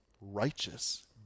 righteous